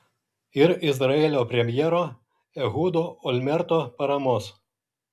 ir izraelio premjero ehudo olmerto paramos